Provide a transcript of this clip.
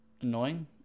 annoying